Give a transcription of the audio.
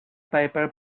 piper